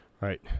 right